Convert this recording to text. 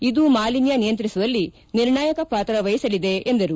ಇದು ಮಾಲಿನ್ಯ ನಿಯಂತ್ರಿಸುವಲ್ಲಿ ನಿರ್ಣಾಯಕ ಪಾತ್ರ ವಹಿಸಲಿದೆ ಎಂದರು